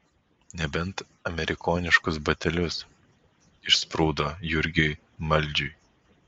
nebent amerikoniškus batelius išsprūdo jurgiui maldžiui